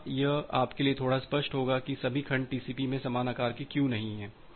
यहां यह आपके लिए थोड़ा स्पष्ट होगा कि सभी खंड टीसीपी में समान आकार के क्यों नहीं हैं